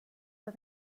for